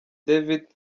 david